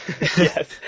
Yes